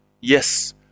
Yes